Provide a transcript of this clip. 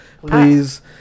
Please